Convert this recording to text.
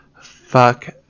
fuck